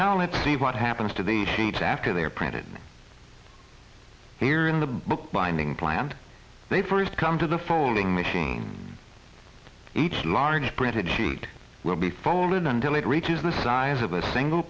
now let's see what happens to the sheets after they are printed here in the book binding planned they first come to the folding machine each large printed sheet will be folded and delayed reaches the size of a single